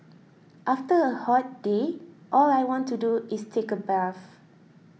after a hot day all I want to do is take a bath